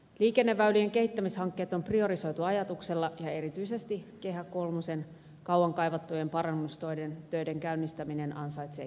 liikenneväylien kehittämishankkeet on priorisoitu ajatuksella ja erityisesti kehä kolmosen kauan kaivattujen parannustöiden käynnistyminen ansaitsee kiitokset